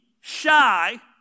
shy